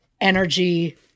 energy